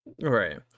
Right